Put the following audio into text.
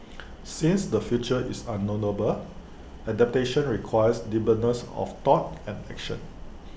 since the future is unknowable adaptation requires nimbleness of thought and action